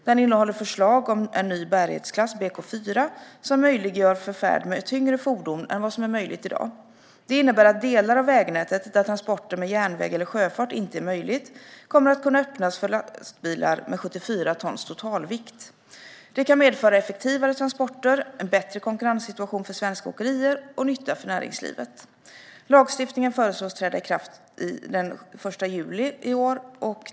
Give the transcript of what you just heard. Den innehåller förslag om en ny bärighetsklass, BK4, som möjliggör färd med tyngre fordon än vad som är möjligt i dag. Det innebär att delar av vägnätet där transporter med järnväg eller sjöfart inte är möjligt kommer att kunna öppnas för lastbilar med 74 tons totalvikt. Det kan medföra effektivare transporter, en bättre konkurrenssituation för svenska åkerier och nytta för näringslivet. Lagstiftningen föreslås träda i kraft den 1 juli i år.